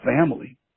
family